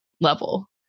level